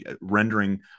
rendering